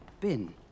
bin